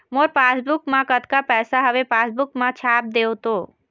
मोर passbook मा कतका पैसा हवे पासबुक मा छाप देव तो?